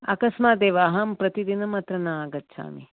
अकस्मात् एव अहं प्रतिदिनम् अत्र न आगच्छामि